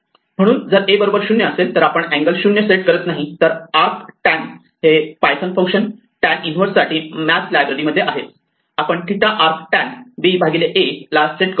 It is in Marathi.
म्हणून जर a 0 असेल तर आपण अँगल 0 सेट करतो नाहीतर आर्क टॅन हे पायथन फंक्शन टॅन इन्व्हर्स साठी मॅथ लायब्ररी मध्ये आहे आपण theta arc tan ba arc tan ba ला सेट करू